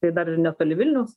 tai dar ir netoli vilniaus